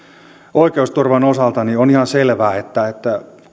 oikeusturvan osalta on ihan selvää että että